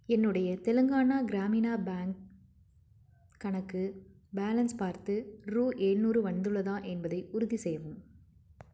என்னுடைய தெலுங்கானா கிராமினா பேங்க் கணக்கு பேலென்ஸ் பார்த்து ரூ எழுநூறு வந்துள்ளதா என்பதை உறுதிசெய்யவும்